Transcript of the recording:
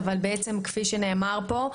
אבל כפי שנאמר פה,